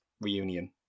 Reunion